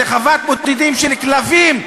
זו חוות בודדים של כלבים.